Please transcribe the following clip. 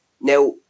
Now